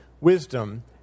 wisdom